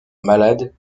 malade